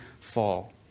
fall